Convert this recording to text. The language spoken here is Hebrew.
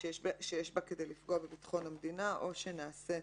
שיש בה כדי לפגוע בביטחון המדינה או שנעשית